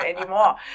anymore